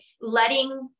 letting